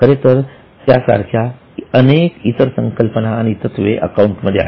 खरेतर त्या सारख्या अनेक इतर संकल्पना आणि तत्वे अकाउंटमध्ये आहेत